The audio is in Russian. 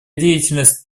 деятельность